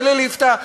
ולליפתא.